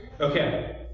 Okay